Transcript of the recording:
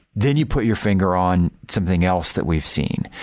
then you put your finger on something else that we've seen,